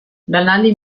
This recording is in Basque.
lanaldi